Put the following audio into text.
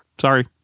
Sorry